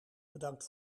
bedankt